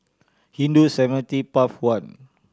Hindu Cemetery Path One